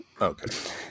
Okay